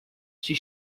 she